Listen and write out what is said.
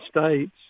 states